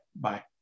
Bye